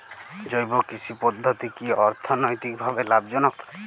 জৈব কৃষি পদ্ধতি কি অর্থনৈতিকভাবে লাভজনক?